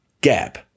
gap